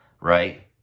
right